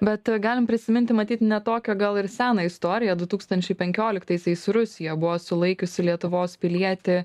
bet galim prisiminti matyt ne tokią gal ir seną istoriją du tūkstančiai penkioliktaisiais rusija buvo sulaikiusi lietuvos pilietį